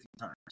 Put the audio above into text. times